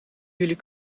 jullie